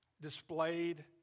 displayed